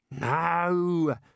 No